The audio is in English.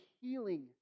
healing